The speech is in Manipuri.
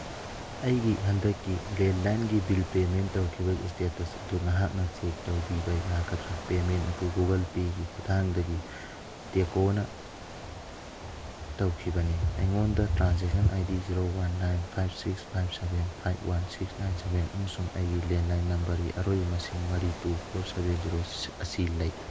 ꯑꯩꯒꯤ ꯍꯟꯗꯛꯀꯤ ꯂꯦꯟꯂꯥꯏꯟꯒꯤ ꯕꯤꯜ ꯄꯦꯃꯦꯟ ꯇꯧꯈꯤꯕꯒꯤ ꯏꯁꯇꯦꯇꯁ ꯑꯗꯨ ꯅꯍꯥꯛꯅ ꯆꯦꯛ ꯇꯧꯕꯤꯕ ꯌꯥꯒꯗ꯭ꯔ ꯄꯦꯃꯦꯟ ꯑꯗꯨ ꯒꯨꯒꯜ ꯄꯦꯒꯤ ꯈꯨꯊꯥꯡꯗꯒꯤ ꯇꯦꯀꯣꯅ ꯇꯧꯈꯤꯕꯅꯤ ꯑꯩꯉꯣꯟꯗ transaction I D zero one nine five six five seven five one six nine seven ꯑꯃꯁꯨꯡ ꯑꯩꯒꯤ ꯂꯦꯟꯂꯥꯏꯟ ꯅꯝꯕꯔꯒꯤ ꯑꯔꯣꯏꯕ ꯃꯁꯤꯡ ꯃꯔꯤ ꯇꯨ ꯐꯣꯔ ꯁꯚꯦꯟ ꯖꯤꯔꯣ ꯑꯁꯤ ꯂꯩ